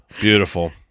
Beautiful